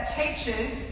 teachers